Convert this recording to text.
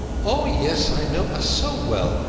oh, yes i know her, so well.